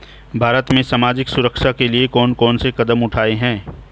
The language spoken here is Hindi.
भारत में सामाजिक सुरक्षा के लिए कौन कौन से कदम उठाये हैं?